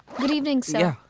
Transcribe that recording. good evening sir.